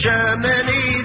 Germany